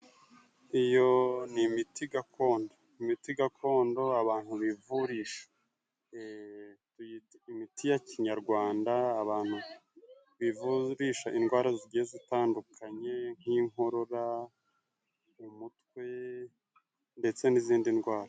Iyo ni imiti gakondo， imiti gakondo abantu bivurisha，imiti ya kinyarwanda abantu bivurisha indwara zigiye zitandukanye nk'inkorora， umutwe ndetse n'izindi ndwara.